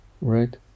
right